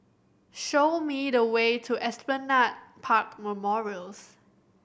show me the way to Esplanade Park Memorials